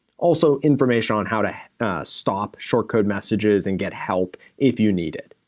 also information on how to stop short code messages and get help if you need it.